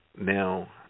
Now